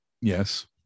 Yes